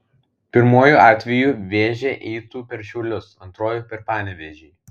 pirmuoju atveju vėžė eitų per šiaulius antruoju per panevėžį